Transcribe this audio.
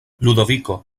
ludoviko